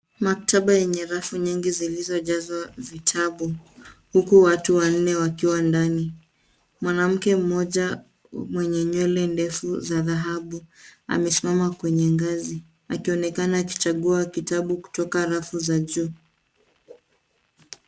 Maktaba yenye rafu nyingi zilizojazwa vitabu huku watu wanne wakiwa ndani. Mwanamke mmoja mwenye nywele ndefu za dhahabu amesimama kwenye ngazi akionekana akichagua kitabu kutoka rafu za juu.